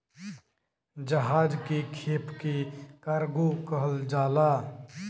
जहाज के खेप के कार्गो कहल जाला